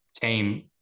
team